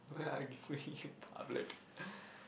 oh yeah I give way in public